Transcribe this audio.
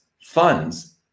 funds